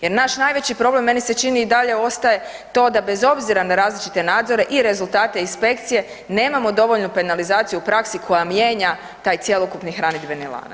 Jer naš najveći problem meni se čini i dalje ostaje to da bez obzira na različite nadzore i rezultate inspekcije nemamo dovoljnu penalizaciju u praksi koja mijenja taj cjelokupni hranidbeni lanac.